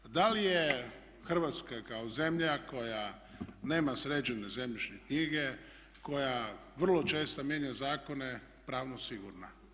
Da li je Hrvatska kao zemlja koja nema sređene zemljišne knjige, koja vrlo često mijenja zakona pravno sigurna?